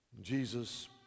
Jesus